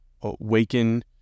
awaken